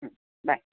bye